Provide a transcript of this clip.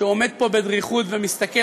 והוא עומד פה בדריכות ומסתכל,